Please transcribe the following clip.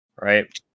Right